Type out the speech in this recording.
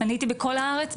אני הייתי בכל הארץ,